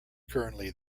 currently